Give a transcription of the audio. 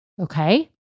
Okay